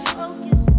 focus